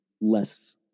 less